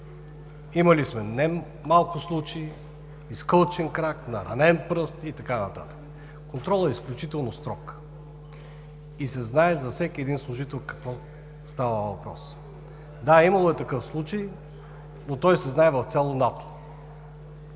Имали сме немалко случаи – изкълчен крак, наранен пръст и така нататък. Контролът е изключително строг и се знае за всеки един служител за какво става въпрос. Да, имало е такъв случай, но той се знае в цяло НАТО.